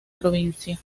provincia